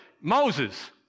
Moses